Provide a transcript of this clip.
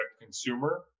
consumer